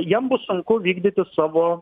jiem bus sunku vykdyti savo